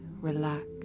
relax